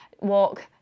walk